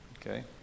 Okay